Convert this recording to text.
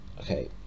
Okay